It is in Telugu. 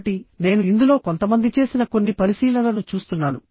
కాబట్టి నేను ఇందులో కొంతమంది చేసిన కొన్ని పరిశీలనలను చూస్తున్నాను